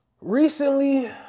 recently